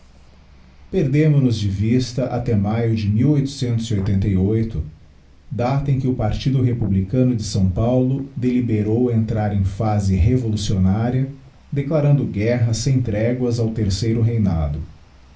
pedagogo perdemo nos de vista até maio de da em que o partido republicano de s paulo deliberou entrar em phase revolucionaria declarando guerra sem tregoas ao terceiro reinado